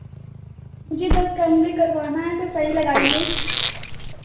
मुझे दस कमरे करवाना है तो सही लगाइए